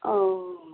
ओ